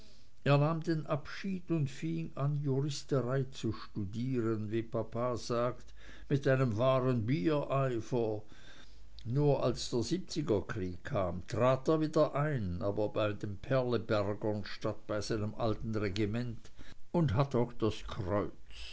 er nahm den abschied und fing an juristerei zu studieren wie papa sagt mit einem wahren biereifer nur als der siebziger krieg kam trat er wieder ein aber bei den perlebergern statt bei seinem alten regiment und hat auch das kreuz